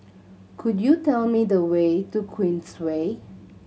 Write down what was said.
could you tell me the way to Queensway